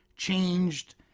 changed